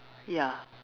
ya